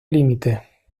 límite